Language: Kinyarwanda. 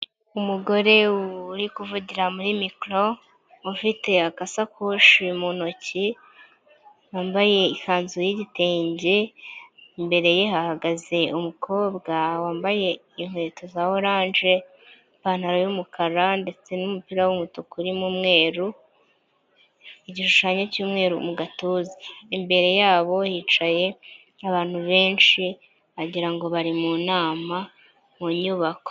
Umugore uri kuvugira muri mikoro ufite agasakoshi mu ntoki wambaye ikanzu y'igitenge imbere ye hahagaze umukobwa wambaye inkweto za oranje, ipantaro y'umukara ndetse n'umupira w'umutuku urimo umweru igishushanyo cy'umweru mu gatuza imbere yabo yicaye abantu benshi agirango bari mu nama mu nyubako.